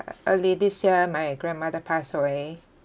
early this year my grandmother passed away